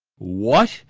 what!